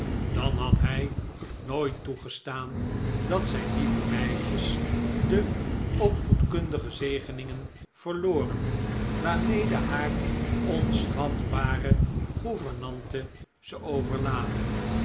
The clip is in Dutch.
dan had hij nooit toegestaan dat zijn lieve meisjes de opvoedkundige zegeningen verloren waarmede haar onschatbare gouvernante ze overlaadde